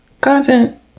content